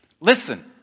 Listen